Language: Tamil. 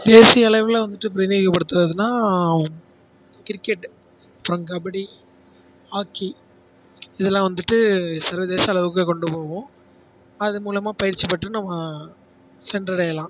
தேசிய அளவில் வந்துட்டு பிரதியேகப்படுத்துகிறதுன்னா கிரிக்கெட் அப்புறம் கபடி ஹாக்கி இதெல்லாம் வந்துட்டு சர்வதேச அளவுக்கு கொண்டுப் போகும் அதன் மூலமாக பயிற்சிப் பெற்று நம்ம சென்றடையலாம்